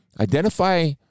identify